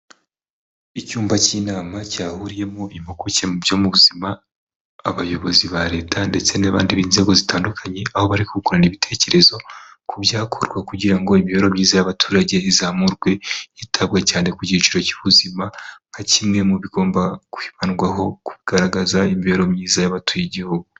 Icyumba cy'inama cyahuriyemo impuguke mu byo mu buzima abayobozi ba leta ndetse n'abandi b'inzego zitandukanye, aho bari kungurana ibitekerezo ku byakorwa kugira ngo imibereho myiza y'abaturage izamurwe yitabwa cyane ku cyiciro cy'ubuzima nka kimwe mu bigomba kwibandwaho kugaragaza imibereho myiza y'abatuye igihugu.